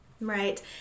Right